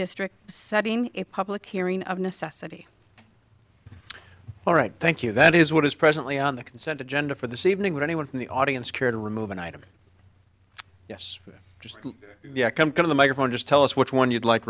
district setting a public hearing of necessity all right thank you that is what is presently on the consent agenda for the c evening would anyone from the audience care to remove an item yes just come to the microphone just tell us which one you'd like